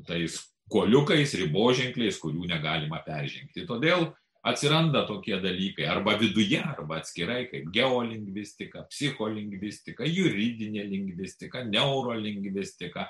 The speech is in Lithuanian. tais kuoliukais riboženkliais kurių negalima peržengti todėl atsiranda tokie dalykai arba viduje arba atskirai kaip geolingvistika psicholingvistika juridinė lingvistika neurolingvistika